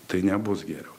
tai nebus geriau